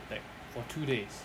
like for two days